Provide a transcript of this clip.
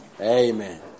Amen